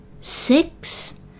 Six